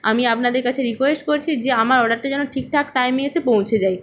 আমি আপনাদের কাছে রিকোয়েস্ট করছি যে আমার অর্ডারটা যেন ঠিকঠাক টাইমে এসে পৌঁছে যায়